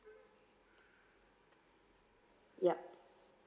yup